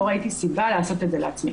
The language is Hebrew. לא ראיתי סיבה לעשות את זה לעצמי".